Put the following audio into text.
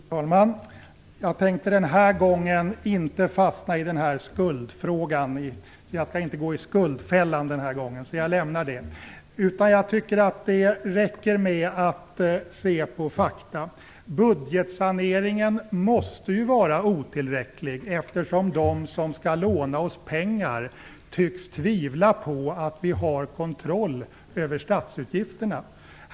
Fru talman! Jag tänkte den här gången inte fastna i den här skuldfrågan, inte gå i skuldfällan, så jag lämnar det. Jag tycker det räcker att se på fakta. Budgetsaneringen måste ju vara otillräcklig, eftersom de som skall låna oss pengar tycks tvivla på att vi har kontroll över statsutgifterna.